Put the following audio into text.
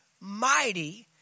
mighty